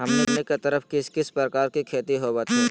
हमनी के तरफ किस किस प्रकार के खेती होवत है?